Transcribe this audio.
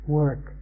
work